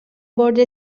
برد